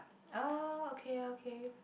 oh okay okay